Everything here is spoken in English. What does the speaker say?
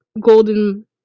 golden